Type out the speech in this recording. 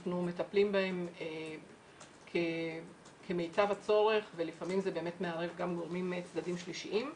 אנחנו מטפלים בהן כמיטב הצורך ולפעמים זה באמת מערב גם צדדים שלישיים.